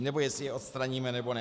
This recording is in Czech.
Nebo jestli je odstraníme, nebo ne.